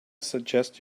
suggest